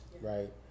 right